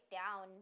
down